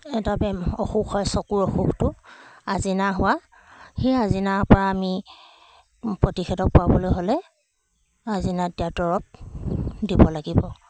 এটা বেম্ অসুখ হয় চকুৰ অসুখটো আচিনা সেই আচিনাৰ আমি পা প্ৰতিষেধক পাবলৈ হ'লে আজিনাত দিয়া দৰৱ দিব লাগিব